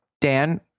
Dan